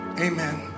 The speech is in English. amen